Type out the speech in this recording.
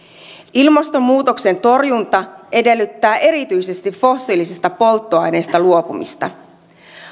ilmastonmuutoksen torjunta edellyttää erityisesti fossiilisista polttoaineista luopumista